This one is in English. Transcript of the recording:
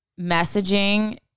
messaging